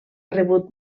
rebut